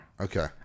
Okay